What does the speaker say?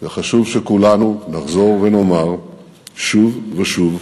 וחשוב שכולנו נחזור ונאמר שוב ושוב: